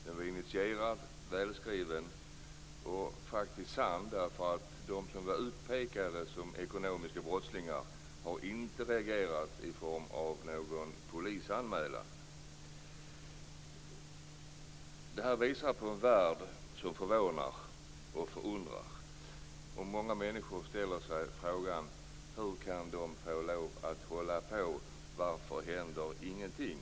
Den var initierad, välskriven och faktiskt sann, för de som var utpekade som ekonomiska brottslingar har inte reagerat med någon polisanmälan. Det här visar på en värld som förvånar och förundrar. Många människor ställer sig frågan: Hur kan de få lov att hålla på? Varför händer ingenting?